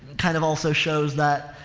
kind of also shows that,